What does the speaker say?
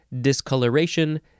discoloration